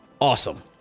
awesome